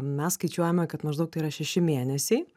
mes skaičiuojame kad maždaug tai yra šeši mėnesiai